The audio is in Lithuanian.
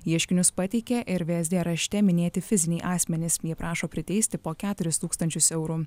ieškinius pateikė ir vsd rašte minėti fiziniai asmenys jie prašo priteisti po keturis tūkstančius eurų